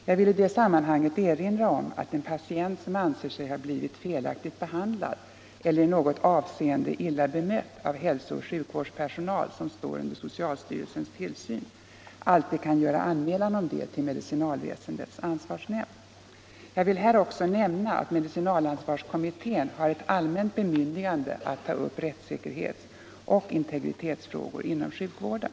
Jag vill i detta sammanhang erinra om att en patient som anser sig ha blivit felaktigt behandlad eller i något avseende illa bemött av hälsooch sjukvårdspersonal som står under socialstyrelsens tillsyn alltid kan göra anmälan om det till medicinalväsendets ansvarsnämnd. Jag vill här också nämna att medicinalansvarskommittén har ett allmänt bemyndigande att ta upp rättssäkerhetsoch integritetsfrågor inom sjukvården.